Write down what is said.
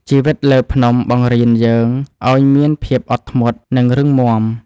ជីវិតលើភ្នំបង្រៀនយើងឱ្យមានភាពអត់ធ្មត់ និងរឹងមាំ។